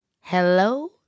Hello